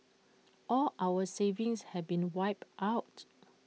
all our savings have been wiped out